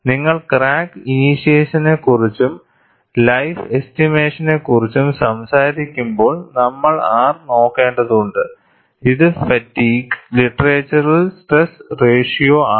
നിങ്ങൾ ക്രാക്ക് ഇനീഷ്യേഷനെക്കുറിച്ചും ലൈഫ് എസ്റ്റിമേറ്റിനെക്കുറിച്ചും സംസാരിക്കുമ്പോൾ നമ്മൾ R നോക്കേണ്ടതുണ്ട് ഇത് ഫാറ്റിഗ്ഗ് ലിറ്ററേച്ചറിൽ സ്ട്രെസ് റേഷ്യോ ആണ്